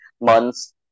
months